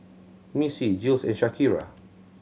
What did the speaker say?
Missie Jules and Shakira